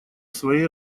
своей